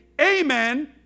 Amen